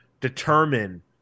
determine